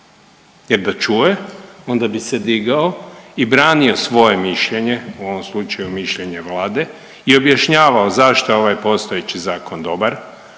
jer da čuje onda bi se digao i brani svoje mišljenje u ovom slučaju mišljenje Vlade i objašnjavao zašto je ovaj postojeći zakon dobar,